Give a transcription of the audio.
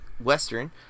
western